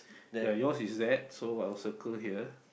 ya yours is that so I'll circle here